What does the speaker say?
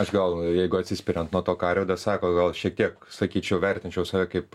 aš gal jeigu atsispiriant nuo to ką arvydas sako gal šiek tiek sakyčiau vertinčiau save kaip